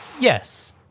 Yes